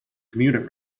commuting